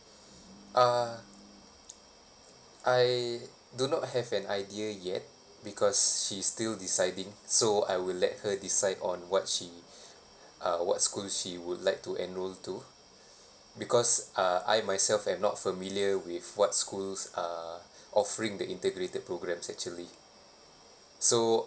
uh I do not have an idea yet because she's still deciding so I would let her decide on what she uh what school she would like to enrol to because uh I myself am not familiar with what schools are offering the integrated programmes actually so